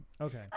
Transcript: Okay